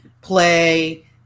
play